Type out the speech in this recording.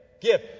Give